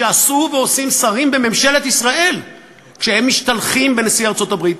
שעשו ועושים שרים בממשלת ישראל כשהם משתלחים בנשיא ארצות-הברית,